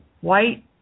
white